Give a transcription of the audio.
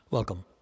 Welcome